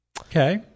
Okay